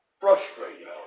frustrated